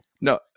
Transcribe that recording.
No